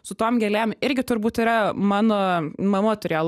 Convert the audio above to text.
su tom gėlėm irgi turbūt yra mano mama turėjo